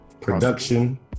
production